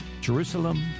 Jerusalem